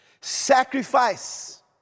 sacrifice